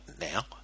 now